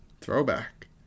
Throwback